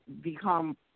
become